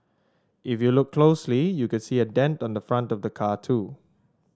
if you look closely you could see a dent on the front of the car too